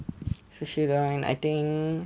sushi joint I think